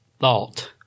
thought